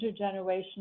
intergenerational